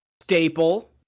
staple